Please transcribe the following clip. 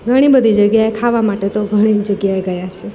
ઘણી બધી જગ્યાએ ખાવા માટે તો ઘણી જ જગ્યાએ ગયા છીએ